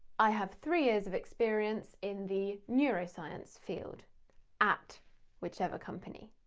i have three years of experience in the neuroscience field at whichever company.